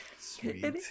sweet